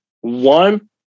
One